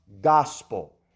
gospel